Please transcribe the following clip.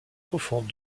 profonde